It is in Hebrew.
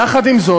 יחד עם זאת,